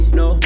no